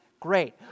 Great